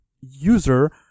user